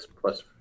plus